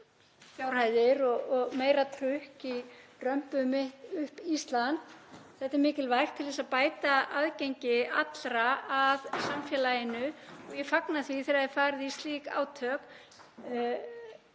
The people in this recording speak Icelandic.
fjárhæðir og meira trukk í Römpum upp Ísland. Þetta er mikilvægt til að bæta aðgengi allra að samfélaginu. Ég fagna því þegar farið er í slík átök,